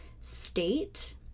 state